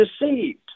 deceived